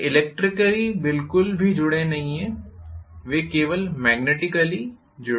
वे electrically बिल्कुल भी जुड़े नहीं हैं वे केवल मेग्नेटिकली युग्मित हैं